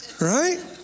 Right